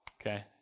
okay